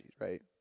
right